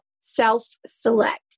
self-select